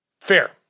Fair